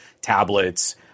Tablets